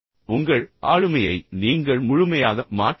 உங்கள் ஆளுமையை நீங்கள் நீங்கள் முழுமையாக மாற்ற முடியும்